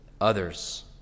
others